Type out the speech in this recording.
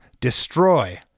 Destroy